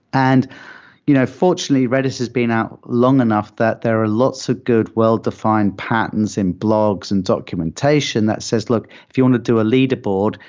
and you know fortunately, redis has been out long enough that there are lots of good well-defined patents and blogs and documentation that says, look, if you want to do a leaderboard,